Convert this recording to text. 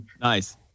Nice